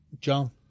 John